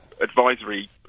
advisory